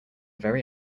very